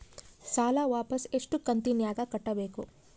ಸಾಲ ವಾಪಸ್ ಎಷ್ಟು ಕಂತಿನ್ಯಾಗ ಕಟ್ಟಬೇಕು?